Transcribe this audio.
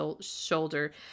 shoulder